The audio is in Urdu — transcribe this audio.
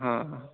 ہاں ہاں